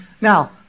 Now